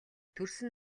төрсөн